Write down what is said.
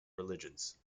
religions